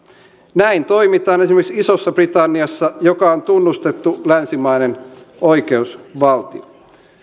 näin toimitaan esimerkiksi isossa britanniassa joka on tunnustettu länsimainen oikeusvaltio